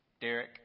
Derek